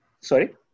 Sorry